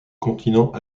continent